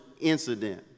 incident